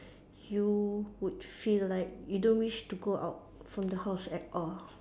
you would feel like you don't wish to go out from the house at all